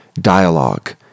dialogue